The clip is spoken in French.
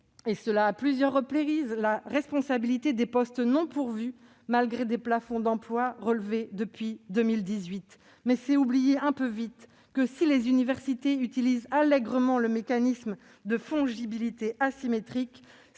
et ce à plusieurs reprises, la responsabilité des postes non pourvus, malgré des plafonds d'emplois relevés depuis 2018. C'est oublier un peu vite que, si les universités utilisent allègrement le mécanisme de « fongibilité asymétrique